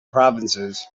provinces